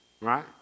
Right